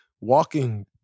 walking